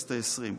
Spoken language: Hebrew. הכנסת העשרים.